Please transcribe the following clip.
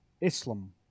Islam